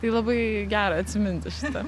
tai labai gera atsiminti šitą